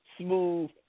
Smooth